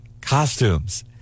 costumes